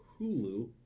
Hulu